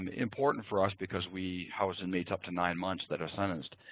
and important for us because we house inmates up to nine months that are sentenced,